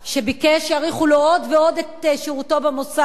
שביקש שיאריכו לו עוד ועוד את שירותו במוסד.